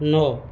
नौ